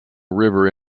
river